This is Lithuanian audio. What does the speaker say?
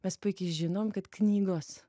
mes puikiai žinom kad knygos